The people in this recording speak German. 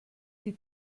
die